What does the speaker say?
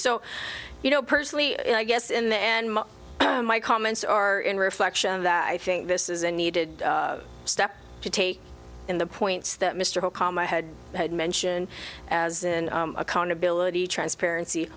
so you know personally i guess in the end my comments are in reflection that i think this is a needed step to take in the points that mr holcombe i had mention as in accountability transparency